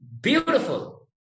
beautiful